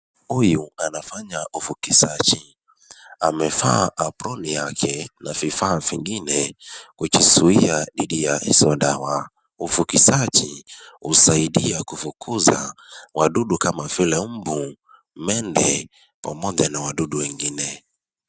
Huyu anafanya ufukisaji amevaa aproni yake na vifaa vingine kujizuia dhidi za hizo dawa, ufukuzaji usaidia kufukuza wadudu kama vile mbu, mende pamoja na wadudu wengine.